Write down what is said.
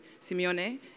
Simeone